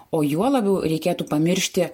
o juo labiau reikėtų pamiršti